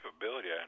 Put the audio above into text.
capability